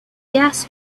gas